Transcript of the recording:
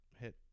hit